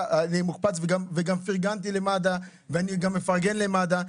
אני מוקפץ וגם פרגנתי למד"א, אני מפרגן למד"א.